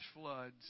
floods